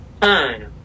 Fine